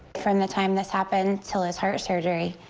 from the time this happened tell us her surgery.